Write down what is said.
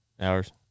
hours